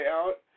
out